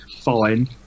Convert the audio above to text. Fine